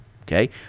okay